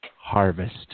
harvest